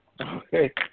okay